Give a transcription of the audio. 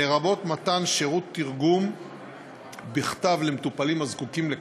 לרבות מתן שירותי תרגום בכתב למטופלים הזקוקים לכך.